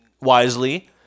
wisely